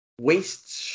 wastes